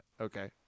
Okay